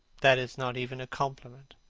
that is not even a compliment.